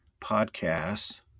podcasts